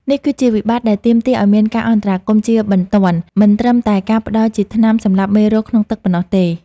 នេះគឺជាវិបត្តិដែលទាមទារឱ្យមានការអន្តរាគមន៍ជាបន្ទាន់ មិនត្រឹមតែការផ្ដល់ជាថ្នាំសម្លាប់មេរោគក្នុងទឹកប៉ុណ្ណោះទេ។